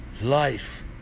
Life